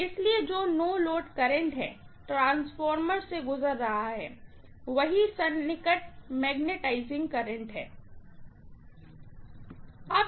इसलिए जो no load current है ट्रांसफार्मर से गुजर रहा है वही सन्निकट मैग्नेटाइजिंग करंट है